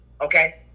Okay